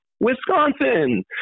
Wisconsin